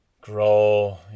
grow